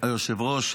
היושב-ראש,